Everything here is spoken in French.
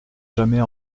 jamais